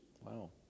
Wow